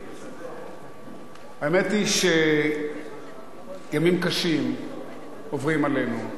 האמת היא שימים קשים עוברים עלינו,